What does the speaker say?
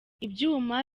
ibyuma